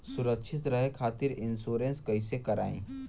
सुरक्षित रहे खातीर इन्शुरन्स कईसे करायी?